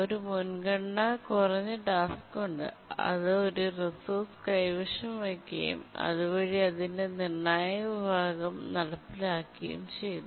ഒരു മുൻഗണന കുറഞ്ഞ ടാസ്ക് ഉണ്ട് അത് ഒരു റിസോഴ്സ് കൈവശം വയ്ക്കുകയും അതുവഴി അതിന്റെ നിർണായക വിഭാഗം നടപ്പിലാക്കുകയും ചെയ്യുന്നു